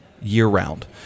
year-round